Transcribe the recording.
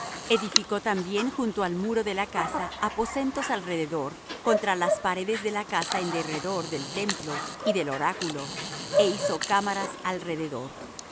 edificó también junto al muro de la casa aposentos alrededor contra las paredes de la casa en derredor del templo y del oráculo é hizo cámaras alrededor